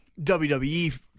WWE